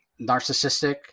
narcissistic